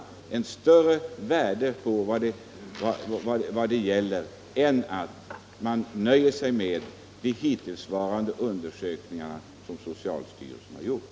Därigenom skulle underlaget för bedömningen få ett större värde än när man som nu bara nöjer sig med de hittillsvarande undersökningar som socialstyrelsen har företagit.